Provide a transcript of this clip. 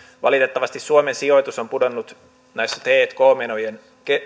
valitettavasti suomen sijoitus on pudonnut näissä tk menojen